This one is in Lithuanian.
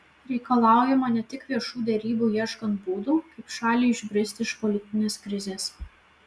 reikalaujama ne tik viešų derybų ieškant būdų kaip šaliai išbristi iš politinės krizės